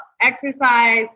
exercise